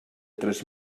tres